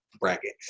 bracket